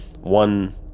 one